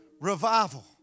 revival